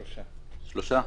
שלושה.